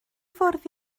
fwrdd